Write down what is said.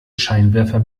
scheinwerfer